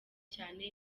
cyane